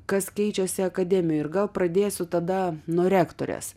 kas keičiasi akademijoj ir gal pradėsiu tada nuo rektorės